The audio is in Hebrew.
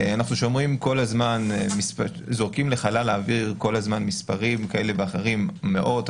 אנחנו שומעים שכל הזמן זורקים לחלל האוויר מספרים כאלה ואחרים: מאות,